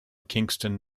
kingston